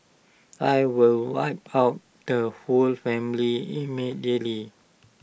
I will wipe out the whole family immediately